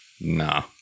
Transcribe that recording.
Nah